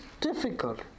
difficult